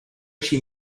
chi